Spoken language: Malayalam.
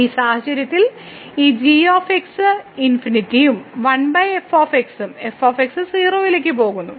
ഈ സാഹചര്യത്തിൽ ഈ g ∞ നും 1 f നും f 0 ലേക്ക് പോകുന്നു